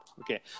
Okay